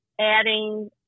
adding